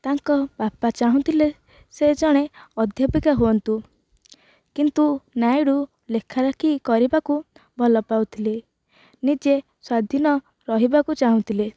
ତାଙ୍କ ବାପା ଚାହୁଁଥିଲେ ସେ ଜଣେ ଅଧ୍ୟାପିକା ହୁଅନ୍ତୁ କିନ୍ତୁ ନାଇଡୁ ଲେଖାଲେଖି କରିବାକୁ ଭଲପାଉଥିଲେ ନିଜେ ସ୍ଵାଧୀନ ରହିବାକୁ ଚାହୁଁଥିଲେ